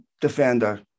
defender